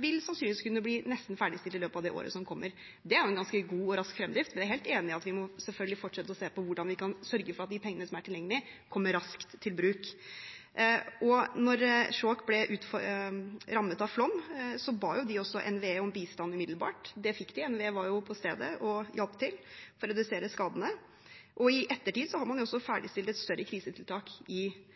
vil sannsynligvis kunne bli nesten ferdigstilt i løpet av det året som kommer. Det er jo en ganske god og rask fremdrift. Vi er helt enig i at vi selvfølgelig må fortsette å se på hvordan vi kan sørge for at de pengene som er tilgjengelige, kommer raskt i bruk. Da Skjåk ble rammet av flom, ba de NVE om bistand umiddelbart. Det fikk de. NVE var jo på stedet og hjalp til med å redusere skadene. I ettertid har man også ferdigstilt et større krisetiltak ved Skjøli i